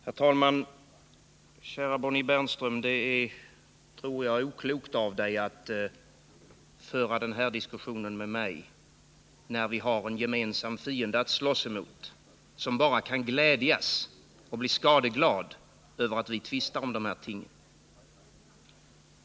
Herr talman! Kära Bonnie Bernström, det är, tror jag, oklokt av dig att föra den här diskussionen med mig när vi har en gemensam fiende att slåss emot, som bara kan glädjas och bli skadeglad över att vi tvistar om de här tingen.